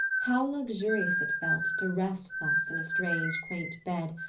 how luxurious it felt to rest thus in a strange, quaint bed,